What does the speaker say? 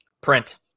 print